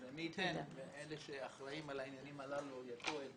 אז מי ייתן ואלה שאחראים על העניינים הללו ייטו את